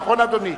נכון, אדוני?